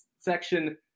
section